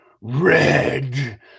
red